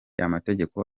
amategeko